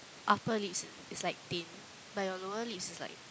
upper lips is like thin but your lower lips is like